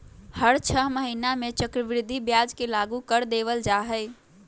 हर छ महीना में चक्रवृद्धि ब्याज के लागू कर देवल जा हई